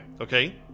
Okay